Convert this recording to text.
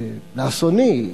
לאסוני,